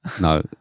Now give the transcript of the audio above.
No